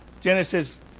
Genesis